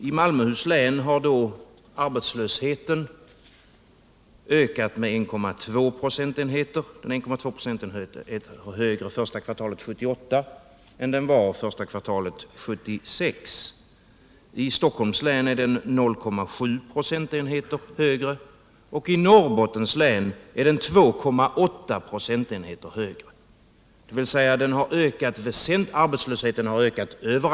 I Malmöhus län är arbetslösheten 1,2 procentenheter högre, i Stockholms län 0,7 procentenheter högre och i Norrbottens län 2,8 procentenheter högre 1978 än den var första kvartalet 1976.